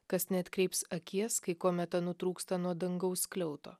kas neatkreips akies kai kometa nutrūksta nuo dangaus skliauto